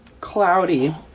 cloudy